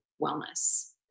wellness